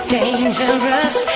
dangerous